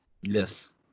Yes